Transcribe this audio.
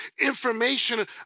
information